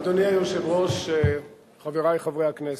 אדוני היושב-ראש, חברי חברי הכנסת,